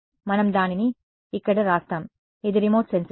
మనం దానిని ఇక్కడ వ్రాస్దాం ఇది రిమోట్ సెన్సింగ్